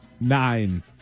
Nine